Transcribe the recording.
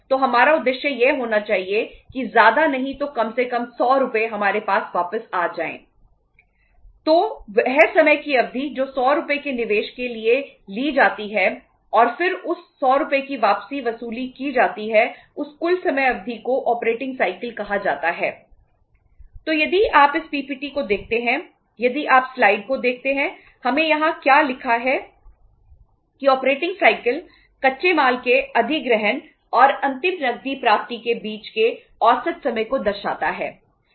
तो यदि आप इस पीपीटी कच्चे माल के अधिग्रहण और अंतिम नकदी प्राप्ति के बीच के औसत समय को दर्शाता है